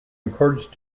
encouraged